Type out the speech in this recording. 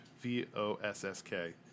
V-O-S-S-K